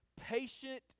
patient